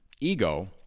ego